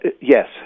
Yes